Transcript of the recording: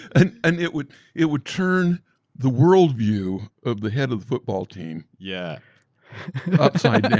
and and it would it would turn the world view of the head of the football team yeah upside